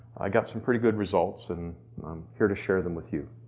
i got some pretty good results and i'm here to share them with you.